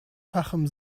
fachem